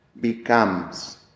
becomes